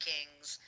Kings